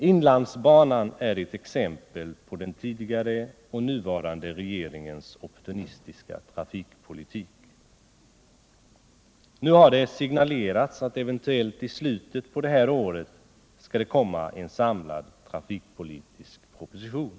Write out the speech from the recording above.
Inlandsbanan är ett exempel på den tidigare och den nuvarande regeringens opportunistiska trafikpolitik. Nu har det signalerats att det eventuellt i slutet på det här året skall komma en samlad trafikpolitisk proposition.